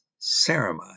ceramide